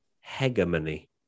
hegemony